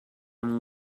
amb